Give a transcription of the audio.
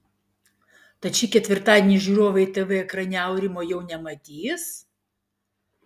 tad šį ketvirtadienį žiūrovai tv ekrane aurimo jau nematys